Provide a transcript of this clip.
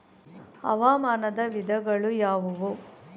ಹವಾಮಾನದ ವಿಧಗಳು ಯಾವುವು?